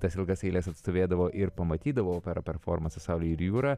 tas ilgas eiles atstovėdavo ir pamatydavo operą performansą saulė ir jūra